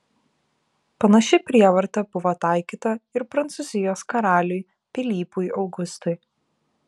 panaši prievarta buvo taikyta ir prancūzijos karaliui pilypui augustui